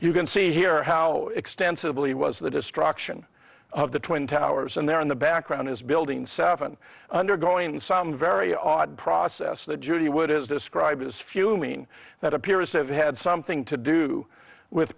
you can see here how extensively was the destruction of the twin towers and there in the background is building seven undergoing some very odd process that judy wood is describing is fuming that appears to have had something to do with